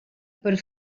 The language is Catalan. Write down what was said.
per